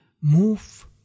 move